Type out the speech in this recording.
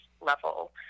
level